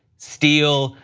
steel,